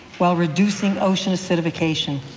while reducing ocean acidification.